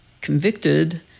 convicted